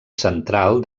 central